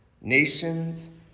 nations